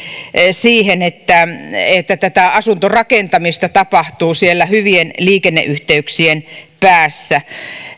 siihen että tätä asuntorakentamista tapahtuu siellä hyvien liikenneyhteyksien päässä